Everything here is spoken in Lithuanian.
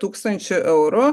tūkstančių eurų